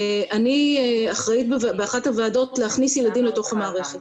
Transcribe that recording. אני אחראית באחת הוועדות להכניס ילדים לתוך המערכת.